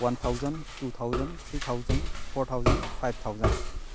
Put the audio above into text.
one thousand two thousand three thousand four thousand five thousand